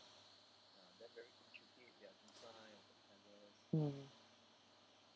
mm